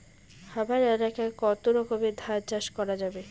হামার এলাকায় কতো রকমের ধান চাষ করা যাবে?